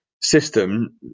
system